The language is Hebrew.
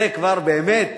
זה כבר באמת,